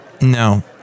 No